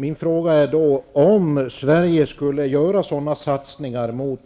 Min fråga är då: Om Sverige skulle göra sådana satsningar mot